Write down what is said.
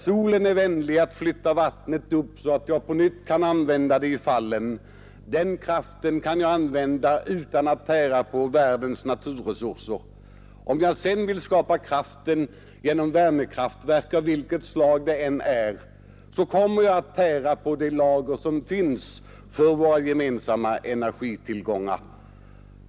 Solen är vänlig nog att flytta vattnet upp igen, så att jag på nytt kan använda det i fallen. Den kraften kan jag utnyttja utan att tära på världens energiresurser. Om jag däremot vill skapa kraft genom värmekraftverk, av vilket slag det än är, kommer jag att tära på lagren av våra gemensamma energiråvaror.